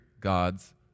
God's